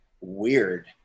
weird